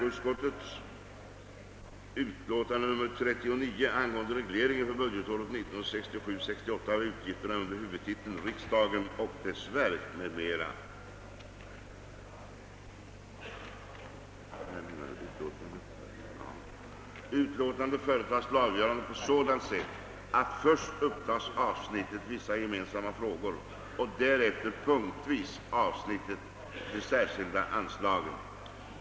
Utlåtandet företages till avgörande på sådant sätt att först upptages avsnittet Vissa gemensamma frågor och därefter punktvis avsnittet De särskilda anslagen.